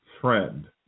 friend